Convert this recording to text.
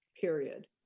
period